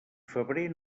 febrer